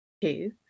two